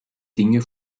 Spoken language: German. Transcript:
dinge